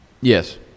Yes